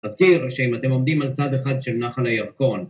אזכיר שאם אתם עומדים על צד אחד של נחל הירקון